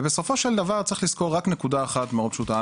ובסופו של דבר צריך לזכור רק נקודה אחת מאוד פשוטה,